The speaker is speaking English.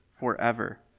forever